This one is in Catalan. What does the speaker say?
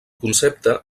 concepte